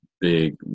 big